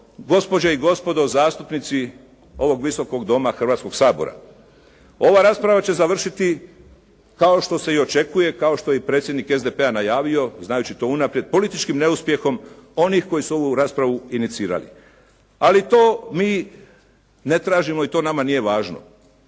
gospođe i gospodo zastupnici ovog Visokog doma Hrvatskog sabora ova rasprava će završiti kao što se i očekuje, kao što je i predsjednik SDP-a najavio znajući to unaprijed političkim neuspjehom onih koji su ovu raspravu inicirali. Ali to mi ne tražimo i to nama nije važno.